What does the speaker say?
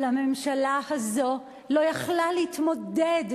אבל הממשלה הזאת לא יכלה להתמודד,